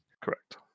Correct